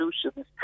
solutions